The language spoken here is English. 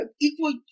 equal